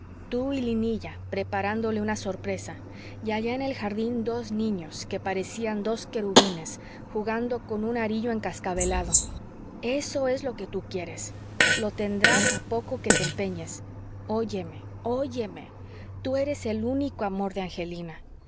tú y linilla preparándole una sorpresa y allá en el jardín dos niños que parecían dos querubines jugando con un arillo encascabelado eso es lo que tú quieres lo tendrás a poco que te empeñes oyeme óyeme tú eres el único amor de angelina